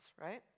right